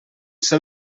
ser